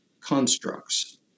constructs